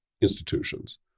institutions